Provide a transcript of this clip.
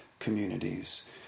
communities